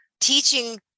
teaching